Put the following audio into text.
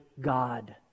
God